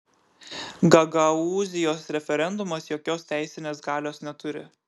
gagaūzijos referendumas jokios teisinės galios neturi